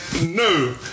No